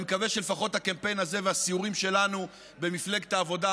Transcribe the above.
אני מקווה שלפחות הקמפיין הזה והסיורים שלנו במפלגת העבודה,